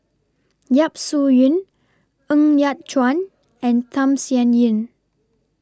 Yap Su Yin Ng Yat Chuan and Tham Sien Yen